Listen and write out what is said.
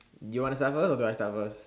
you wanna start first or do I start first